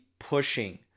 pushing